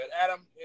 Adam